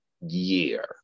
year